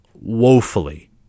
woefully